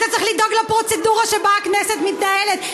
אתה צריך לדאוג לפרוצדורה שבה הכנסת מתנהלת.